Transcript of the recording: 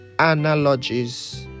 analogies